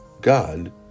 God